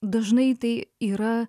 dažnai tai yra